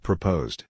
Proposed